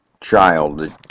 child